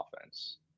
offense